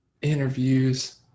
interviews